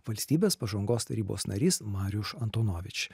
valstybės pažangos tarybos narys mariuš antonovič